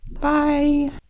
Bye